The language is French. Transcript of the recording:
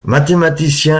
mathématicien